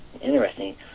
Interesting